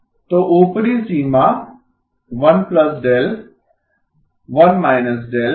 तो ऊपरी सीमा 1 δ 1 δ है